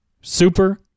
super